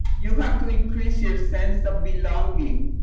you have to increase your sense of belonging.